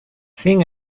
sin